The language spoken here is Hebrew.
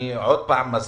אני שוב מזכיר,